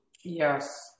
Yes